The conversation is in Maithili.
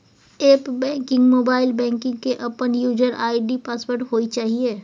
एप्प बैंकिंग, मोबाइल बैंकिंग के अपन यूजर आई.डी पासवर्ड होय चाहिए